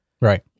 Right